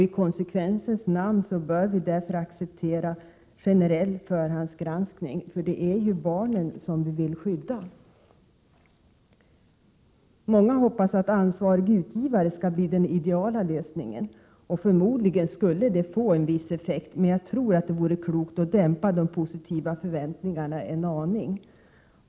I konsekvensens namn bör vi därför acceptera generell förhandsgranskning även i detta sammanhang. För det är ju barnen som vi vill skydda. Många hoppas att detta skall lösas genom ansvarig utgivare. Förmodligen skulle det få en viss effekt, men jag tror att det vore klokt att dämpa de positiva förväntningarna en aning.